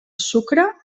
sucre